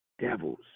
devils